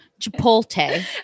Chipotle